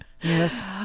Yes